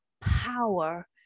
power